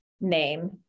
name